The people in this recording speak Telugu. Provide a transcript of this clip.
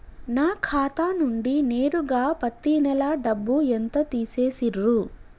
నా ఖాతా నుండి నేరుగా పత్తి నెల డబ్బు ఎంత తీసేశిర్రు?